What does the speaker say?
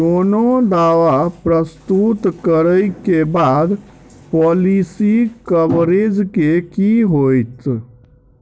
कोनो दावा प्रस्तुत करै केँ बाद पॉलिसी कवरेज केँ की होइत?